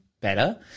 better